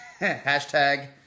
Hashtag